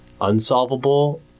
unsolvable